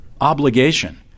obligation